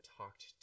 talked